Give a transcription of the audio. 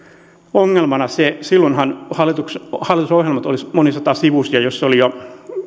ongelmana se silloinhan hallitusohjelmat olivat monisatasivuisia ja niissä oli jo kerrottu